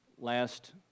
last